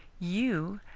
you,